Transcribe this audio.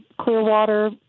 Clearwater